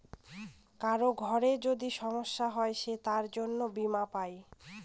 কারোর ঘরে যদি সমস্যা হয় সে তার জন্য বীমা পাই